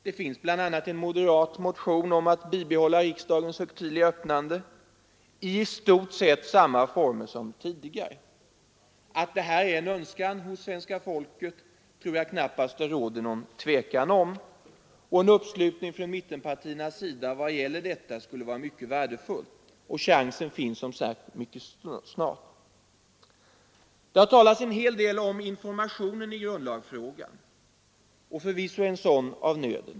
Det finns bl.a. en moderatmotion om att bibehålla riksdagens högtidliga öppnande i stort sett i samma former som tidigare. Att detta är en önskan hos majoriteten av det svenska folket tror jag knappast det råder något tvivel om. En uppslutning från mittenpartiernas sida i vad gäller detta skulle vara mycket värdefull. Chansen finns som sagt mycket snart. Det har talats en hel del om information i grundlagsfrågan. Förvisso är en sådan av nöden.